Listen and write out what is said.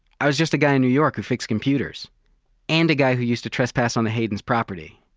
i was just a guy in new york who fixed computers and a guy who used to trespass on the hayden's property.